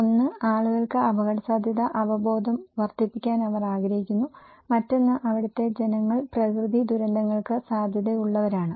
ഒന്ന് ആളുകൾക്ക് അപകടസാധ്യത അവബോധം വർധിപ്പിക്കാൻ അവർ ആഗ്രഹിക്കുന്നു മറ്റൊന്ന് അവിടുത്തെ ജനങ്ങൾ പ്രകൃതി ദുരന്തങ്ങൾക്ക് സാധ്യതയുള്ളവരാണ്